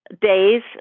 days